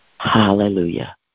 Hallelujah